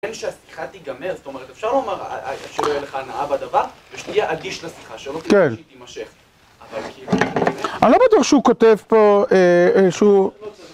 לפני כשבוע